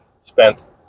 spent